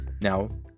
now